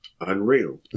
Unreal